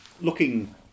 looking